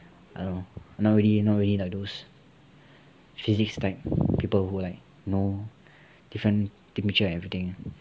I don't know I'm not really I'm not really like those physics type of people who like know different temperatures and everything